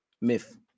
myth